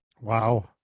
Wow